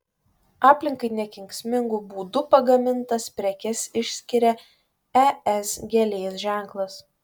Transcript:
aplinkai nekenksmingu būdu pagamintas prekes išskiria es gėlės ženklas